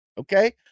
Okay